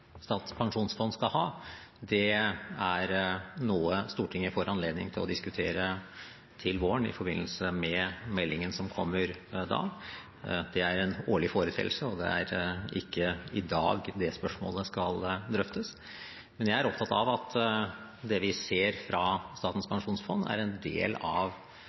Statens pensjonsfond skal ha, er noe Stortinget får anledning til å diskutere til våren, i forbindelse med meldingen som kommer da. Det er en årlig foreteelse, og det er ikke i dag det spørsmålet skal drøftes. Men jeg er opptatt av at det vi ser fra Statens pensjonsfond, er en del av